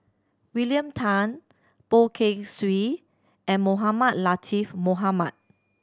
William Tan Poh Kay Swee and Mohamed Latiff Mohamed